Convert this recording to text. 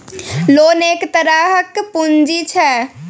loan एक तरहक पुंजी छै